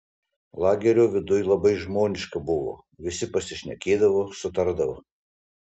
lagerio viduj labai žmoniška buvo visi pasišnekėdavo sutardavo